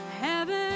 heaven